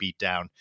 beatdown